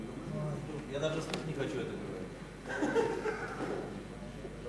ביומטריים ונתוני זיהוי ביומטריים במסמכי זיהוי